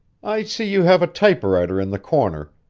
i see you have a typewriter in the corner,